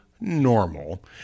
normal